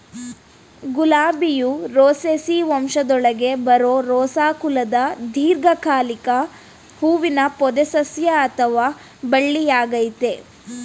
ಗುಲಾಬಿಯು Rosaceae ವಂಶದೊಳಗೆ ಬರೋ Rosa ಕುಲದ ದೀರ್ಘಕಾಲಿಕ ಹೂವಿನ ಪೊದೆಸಸ್ಯ ಅಥವಾ ಬಳ್ಳಿಯಾಗಯ್ತೆ